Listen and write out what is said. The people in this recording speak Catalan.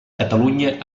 catalunya